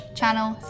channel